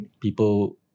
people